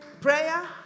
prayer